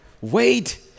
wait